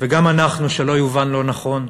גם אנחנו, שלא יובן לא נכון,